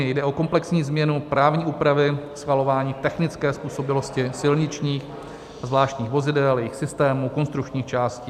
Jde o komplexní změnu právní úpravy schvalování technické způsobilosti silničních a zvláštních vozidel, jejich systémů, konstrukčních částí atd.